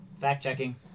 Fact-checking